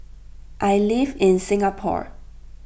I live in Singapore